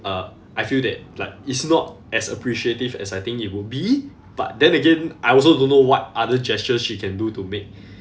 uh I feel that like it's not as appreciative as I think it would be but then again I also don't know what other gestures she can do to make